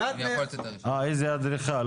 איזה אדריכל.